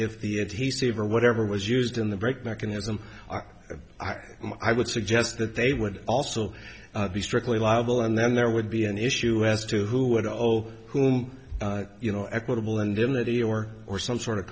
and he saved or whatever was used in the break mechanism i would suggest that they would also be strictly liable and then there would be an issue as to who would hold whom you know equitable indemnity or or some sort of